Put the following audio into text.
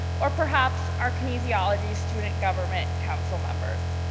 or perhaps our kinesiology student government council members.